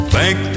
Thank